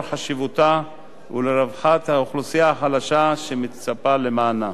חשיבותה ולרווחת האוכלוסייה החלשה שמצפה למענֶה.